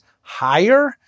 higher